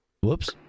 whoops